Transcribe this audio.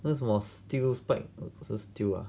that was still pack 不是 still ah